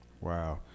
Wow